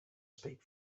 speak